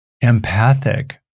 empathic